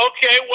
Okay